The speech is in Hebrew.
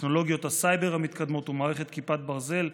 טכנולוגיות הסייבר המתקדמות ומערכת כיפת ברזל.